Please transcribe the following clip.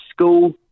school